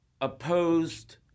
opposed